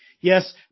yes